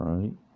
Right